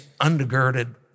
undergirded